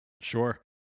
sure